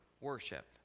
worship